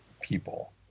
people